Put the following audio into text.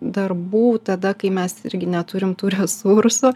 darbų tada kai mes irgi neturim tų resursų